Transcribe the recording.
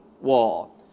wall